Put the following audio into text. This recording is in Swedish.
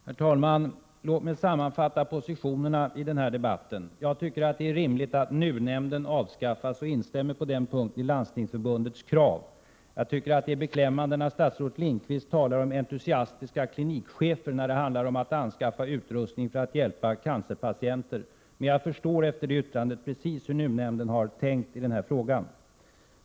Herr talman! Låt mig sammanfatta positionerna i denna debatt. För det första tycker jag att det är rimligt att NUU-nämnden avskaffas. Jag instämmer på den punkten i Landstingsförbundets krav. Det är beklämmande när statsrådet Lindqvist talar om entusiastiska klinikchefer när det handlar om att anskaffa utrustning för att hjälpa cancerpatienter. Jag förstår dock efter detta hans yttrande precis hur NUU-nämnden har tänkt i denna fråga.